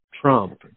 Trump